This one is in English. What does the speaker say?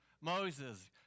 Moses